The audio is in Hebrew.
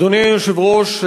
אדוני היושב-ראש,